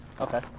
Okay